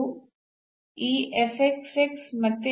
ನಾವು ಈ ಅನ್ನು ಹೊಂದಿರುವಾಗ ಇದು 0 ಆಗಿರುತ್ತದೆ